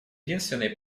единственной